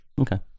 Okay